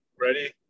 Ready